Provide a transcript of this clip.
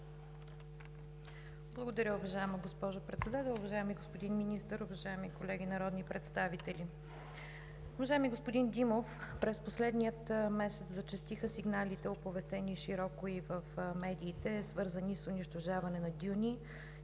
Благодаря, уважаема госпожо Председател. Уважаеми господин Министър, уважаеми колеги народни представители! Уважаеми господин Димов, през последния месец зачестиха сигналите, оповестени широко и в медиите, свързани с унищожаване на дюни и строителни